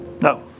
No